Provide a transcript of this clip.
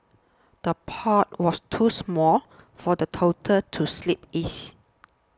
the pot was too small for the toddler to sleep is